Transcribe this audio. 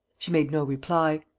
she made no reply.